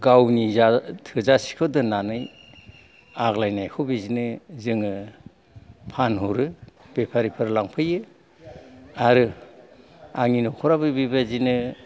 गावनि जा थोजासेखौ दोननानै आग्लायनायखौ बिदिनो जोङो फानहरो बेफारिफोर लांफैयो आरो आंनि न'खराबो बेबादिनो